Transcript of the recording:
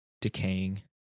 decaying